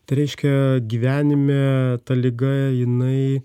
tai reiškia gyvenime ta liga jinai